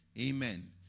Amen